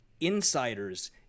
insiders